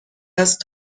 است